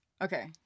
Okay